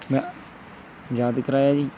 ਮੈ ਆਜ਼ਾਦ ਕਰਵਾਇਆ ਜੀ